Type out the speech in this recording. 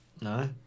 no